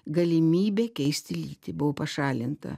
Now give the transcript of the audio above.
galimybė keisti lytį buvo pašalinta